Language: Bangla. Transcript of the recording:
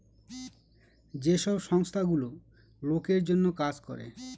যে সব সংস্থা গুলো লোকের জন্য কাজ করে